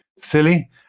silly